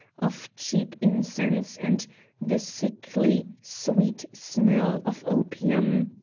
of cheap incense, and the sickly, sweet smell of opium.